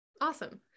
Awesome